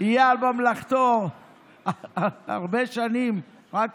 ראש העיר רמי גרינברג, שיהיה על ממלכתו הרבה שנים.